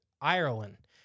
Ireland